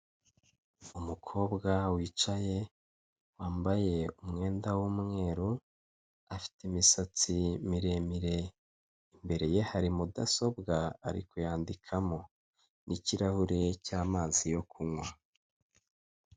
Hano haragaragara umubyeyi w'umugore imbere ye hari utujerekani turi mu ngano zitandukanye turimo amata inyuma ye hari undi mugore, inyuma ye nanone hari ahantu hari igikuta cyubakishije ibikoresho bya kinyarwanda.